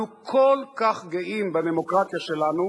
אנחנו כל כך גאים בדמוקרטיה שלנו,